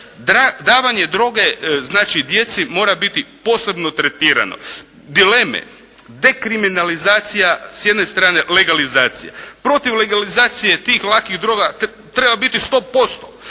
Davanje droge znači djeci mora biti posebno tretirano. Dileme, dekriminalizacija s jedne strane legalizacija. Protiv legalizacije tih lakih droga treba biti 100%.